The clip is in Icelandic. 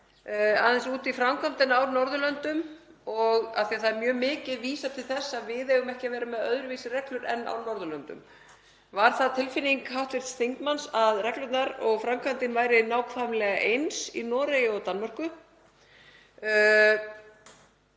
aðeins út í framkvæmdina á Norðurlöndum af því að það er mjög mikið vísað til þess að við eigum ekki að vera með öðruvísi reglur en á Norðurlöndum. Var það tilfinning hv. þingmanns að reglurnar og framkvæmdin væri nákvæmlega eins í Noregi og Danmörku?